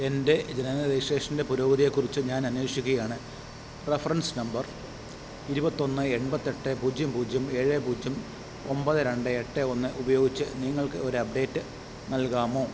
എൻ്റെ ജനന രജിസ്ട്രേഷൻ്റെ പുരോഗതിയെക്കുറിച്ച് ഞാൻ അന്വേഷിക്കുകയാണ് റഫറൻസ് നമ്പർ ഇരുപത്തിയൊന്ന് എൺപത്തിയെട്ട് പൂജ്യം പൂജ്യം ഏഴ് പൂജ്യം ഒൻപത് രണ്ട് എട്ട് ഒന്ന് ഉപയോഗിച്ച് നിങ്ങൾക്കൊരു അപ്ഡേറ്റ് നൽകാമോ